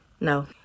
no